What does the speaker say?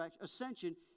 ascension